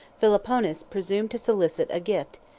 philoponus presumed to solicit a gift,